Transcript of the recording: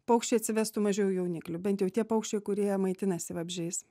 paukščiai atsivestų mažiau jauniklių bent jau tie paukščiai kurie maitinasi vabzdžiais